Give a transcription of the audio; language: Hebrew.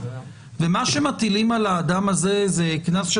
ומה שמטילים על האדם הזה זה קנס של